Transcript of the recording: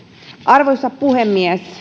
arvoisa puhemies